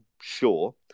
sure